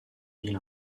villes